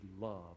love